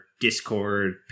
Discord